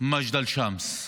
מג'דל שמס.